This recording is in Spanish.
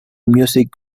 music